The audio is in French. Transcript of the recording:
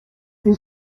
une